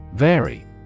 Vary